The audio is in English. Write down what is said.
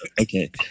okay